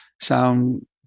Sound